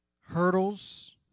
Hurdles